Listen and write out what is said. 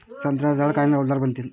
संत्र्याचं झाड कायनं डौलदार बनन?